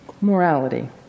morality